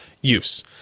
use